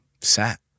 sat